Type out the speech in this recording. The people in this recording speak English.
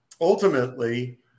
Ultimately